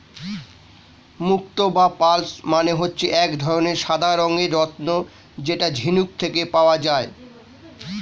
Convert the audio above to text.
মুক্তো বা পার্লস মানে হচ্ছে এক ধরনের সাদা রঙের রত্ন যেটা ঝিনুক থেকে পাওয়া যায়